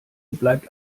bleibt